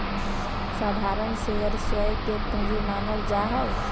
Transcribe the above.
साधारण शेयर स्वयं के पूंजी मानल जा हई